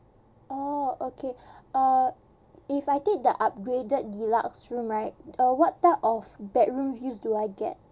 oh okay uh if I take the upgraded deluxe room right uh what type of bedroom views do I get